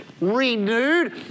renewed